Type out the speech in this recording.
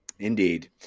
Indeed